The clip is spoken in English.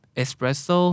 espresso